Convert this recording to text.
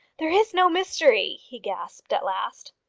there is no mystery, he gasped at last.